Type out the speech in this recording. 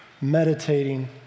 meditating